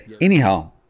Anyhow